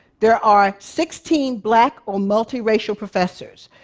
there are sixteen black or multiracial professors,